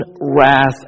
wrath